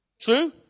True